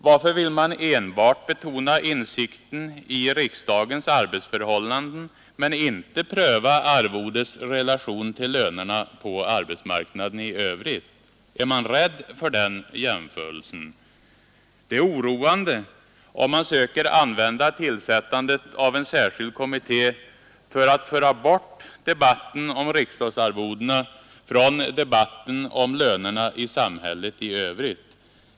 Varför vill man enbart betona insikten i riksdagens arbetsförhållanden men inte pröva arvodets relation till lönerna på arbetsmarknaden i övrigt? Är man rädd för den jämförelsen? Det är oroande om man söker använda tillsättandet av en särskild kommitté för att föra bort debatten om riksdagsarvodena från debatten om lönerna i samhället i övrigt.